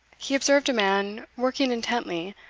he observed a man working intently,